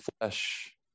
flesh